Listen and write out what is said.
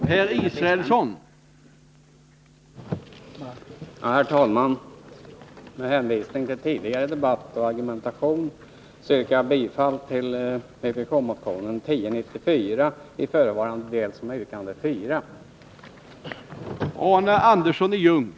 Herr talman! Med hänvisning till vpk:s argumentation vid tidigare debatt i detta ärende yrkar jag bifall till vpk-motionen 1094 i förevarande del, dvs. till yrkande 4 i motionen.